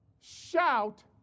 shout